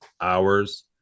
hours